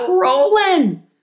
rolling